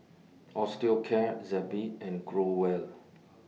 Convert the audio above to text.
Osteocare Zappy and Growell